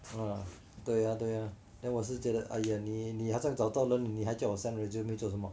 嗯对啊对啊 then 我是觉得哎呀你好像找到人你还叫我 send resume 做什么